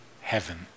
heaven